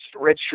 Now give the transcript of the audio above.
redshirt